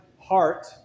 heart